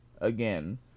again